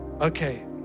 Okay